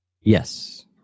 Yes